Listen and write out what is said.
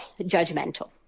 judgmental